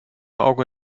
auge